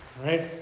Right